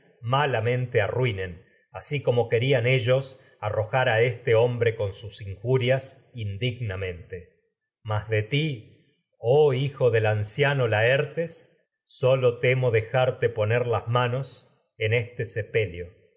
malamente arrui nen sus así como querían ellos arrojar a este hombre con injurias indignamente mas a ti oh hijo del anciano laer tes sólo temo dejarte poner las manos en este sepe